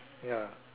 ya